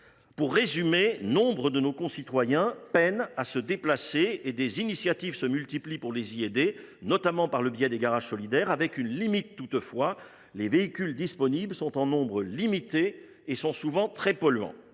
Pour résumer, nombre de nos concitoyens peinent à se déplacer, et des initiatives se multiplient pour les y aider, notamment par le biais des garages solidaires, avec une limite toutefois : les véhicules disponibles sont en nombre limité et sont souvent très polluants.